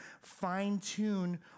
fine-tune